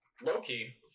Loki